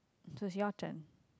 so it's your turn